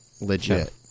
legit